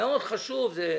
מאוד חשוב.